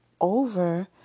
over